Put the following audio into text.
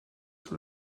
sur